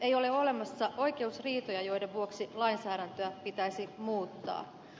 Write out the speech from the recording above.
ei ole olemassa oikeusriitoja joiden vuoksi lainsäädäntöä pitäisi muuttaa